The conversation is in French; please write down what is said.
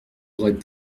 aurait